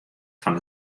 fan